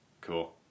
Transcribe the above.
Cool